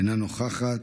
אינה נוכחת,